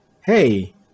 hey